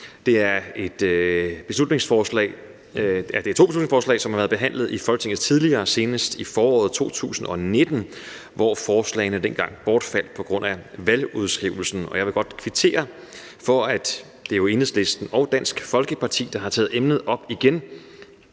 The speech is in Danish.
Det er to beslutningsforslag, som tidligere har været behandlet i Folketinget, senest i foråret 2019, og som bortfaldt på grund af valgudskrivelsen. Jeg vil godt kvittere for, at Enhedslisten og Dansk Folkeparti har taget emnet op igen.